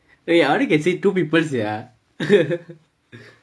eh already can see two people sia